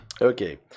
okay